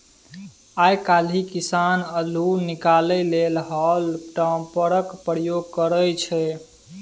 आइ काल्हि किसान अल्लु निकालै लेल हॉल टॉपरक प्रयोग करय छै